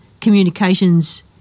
communications